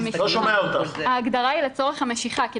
ההגדרה היא לצורך המשיכה,